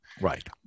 right